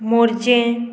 Morjim